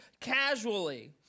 casually